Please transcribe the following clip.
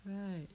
right